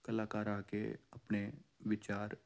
ਕਲਾਕਾਰ ਆ ਕੇ ਆਪਣੇ ਵਿਚਾਰ